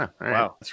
wow